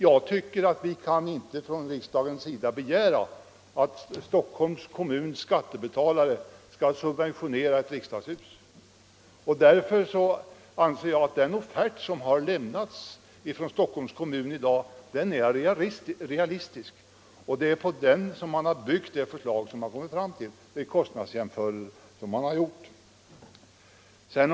Jag tycker inte att riksdagen skall begära att Stockholms kommuns skattebetalare skall subventionera ett riksdagshus. Därför anser jag att den offert som Stockholms kommun lämnat är realistisk, och det är på denna offert man byggt upp kostnadsjämförelserna och det förslag som man kommit fram till.